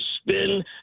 spin